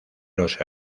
los